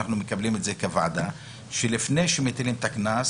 הוספנו שלפני שמטילים את הקנס